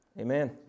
Amen